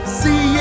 see